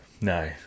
No